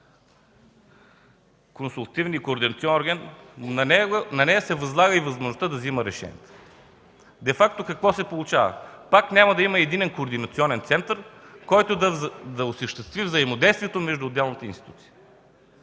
консултативни и координационни функции, на него му се възлага и възможността да взема решения. Какво се получава де факто? Пак няма да има единен координационен център, който да осъществи взаимодействието между отделните институции.